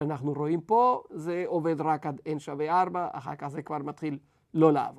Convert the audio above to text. אנחנו רואים פה זה עובד רק עד n שווה 4, אחר כך זה כבר מתחיל לא לעבוד.